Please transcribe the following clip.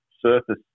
surface